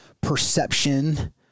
perception